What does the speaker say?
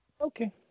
Okay